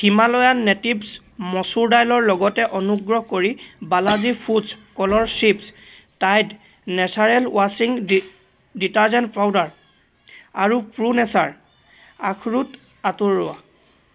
Himalayan natives মচুৰ দাইলৰ লগতে অনুগ্ৰহ কৰি বালাজী ফুডছ্ কলৰ চিপ্ছ টাইড নেচাৰেলছ ৱাশ্বিং ডিটাৰজেন্ট পাউদাৰ আৰু প্ৰো নেচাৰ আখৰোট আঁতৰোৱা